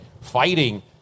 fighting